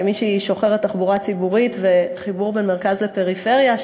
כמי ששוחרת תחבורה ציבורית וחיבור בין מרכז לפריפריה,